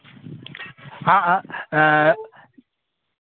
हाँ हाँ